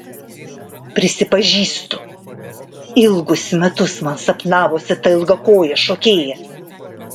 prisipažįstu ilgus metus man sapnavosi ta ilgakojė šokėja